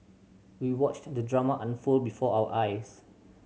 we watched the drama unfold before our eyes